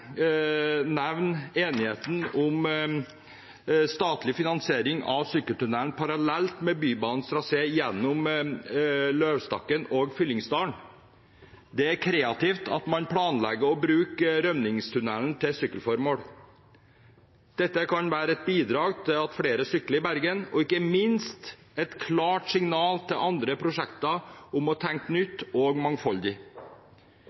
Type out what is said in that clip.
nevne enigheten om statlig finansiering av sykkeltunell parallelt med bybanetrasé gjennom Løvstakken og Fyllingsdalen. Det er kreativt at man planlegger å bruke rømningstunellen til sykkelformål. Dette kan være et bidrag til at flere sykler i Bergen, og ikke minst et klart signal til andre prosjekter om å tenke